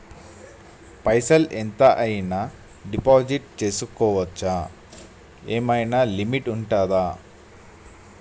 పైసల్ ఎంత అయినా డిపాజిట్ చేస్కోవచ్చా? ఏమైనా లిమిట్ ఉంటదా?